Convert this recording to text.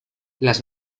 las